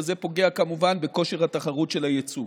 וזה פוגע כמובן בכושר התחרות של היצוא.